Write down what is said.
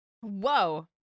Whoa